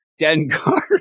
Dengar